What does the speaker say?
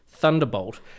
Thunderbolt